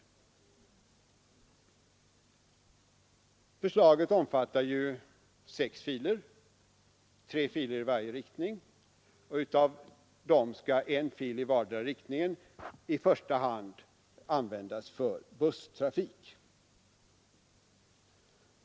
Förslaget omfattar ju sex filer, tre i varje riktning. Av dem skall en fil i vardera riktningen i första hand användas för busstrafik.